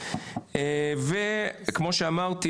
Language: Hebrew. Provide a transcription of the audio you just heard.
וכמו שאמרתי,